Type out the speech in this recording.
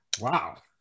Wow